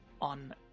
on